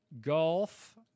golf